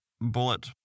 bullet